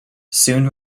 soon